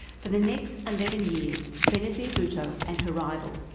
for the next eleven years benazir bhutto and her rival,